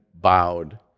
bowed